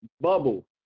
bubble